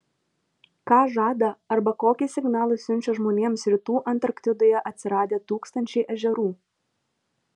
ką žada arba kokį signalą siunčia žmonėms rytų antarktidoje atsiradę tūkstančiai ežerų